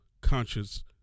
conscious